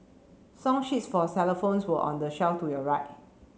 song sheets for xylophones were on the shall to your right